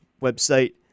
website